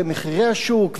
ומחירי השוק,